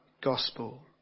gospel